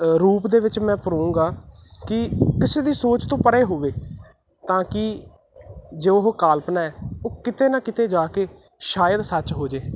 ਰੂਪ ਦੇ ਵਿੱਚ ਮੈਂ ਭਰੂੰਗਾ ਕਿ ਕਿਸੇ ਦੀ ਸੋਚ ਤੋਂ ਪਰੇ ਹੋਵੇ ਤਾਂ ਕਿ ਜੋ ਉਹ ਕਲਪਨਾ ਹੈ ਉਹ ਕਿਤੇ ਨਾ ਕਿਤੇ ਜਾ ਕੇ ਸ਼ਾਇਦ ਸੱਚ ਹੋ ਜੇ